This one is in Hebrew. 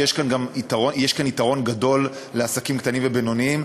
יש כאן יתרון גדול לעסקים קטנים ובינוניים.